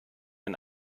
ein